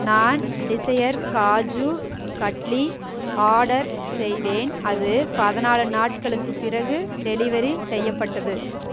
நான் desire kaju katli order செய்தேன் அது பதினாழு நாட்களுக்குப் பிறகு டெலிவரி செய்யப்பட்டது